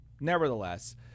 Nevertheless